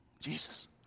Jesus